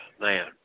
Man